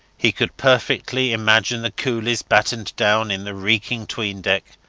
he could perfectly imagine the coolies battened down in the reeking tween-deck,